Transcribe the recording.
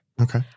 Okay